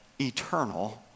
eternal